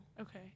Okay